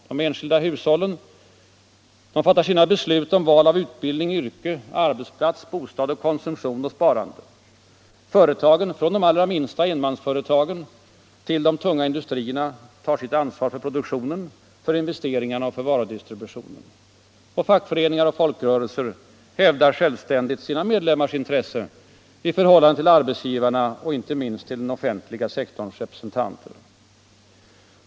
De enskilda hushållen fattar sina beslut om val av utbildning, yrke, arbetsplats, bostad, konsumtion och sparande. Företagen —- från de allra minsta enmansföretagen till de tunga industrierna — tar sitt ansvar för produktionen, för investeringarna och för varudistributionen. Fackföreningarna och folkrörelserna hävdar självständigt sina medlemmars intressen i förhållande till arbetsgivarna och inte minst till den offentliga sektorns representanter.